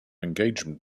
engagement